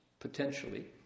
Potentially